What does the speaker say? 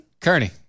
Kearney